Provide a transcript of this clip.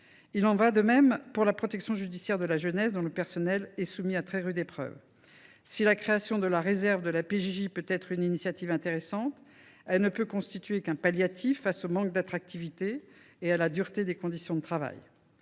Il en va de même pour la protection judiciaire de la jeunesse, dont le personnel est soumis à très rude épreuve. Si la création de la réserve de la PJJ peut être une initiative intéressante, elle ne peut constituer qu’un palliatif face au manque d’attractivité du métier et à la dureté des conditions de travail.